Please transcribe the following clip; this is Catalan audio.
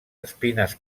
espines